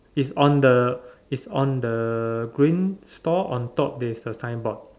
it's on the it's on the green store on top there is a signboard